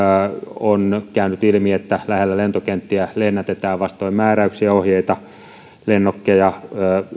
on käynyt ilmi että lähellä lentokenttiä lennätetään vastoin määräyksiä ja ohjeita lennokkeja